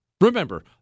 Remember